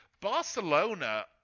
Barcelona